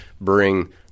bring